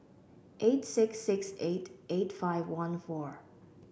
eight six six eight eight five one four